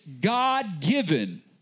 God-given